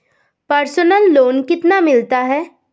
Personal loan कितना मिलता है?